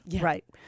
Right